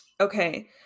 Okay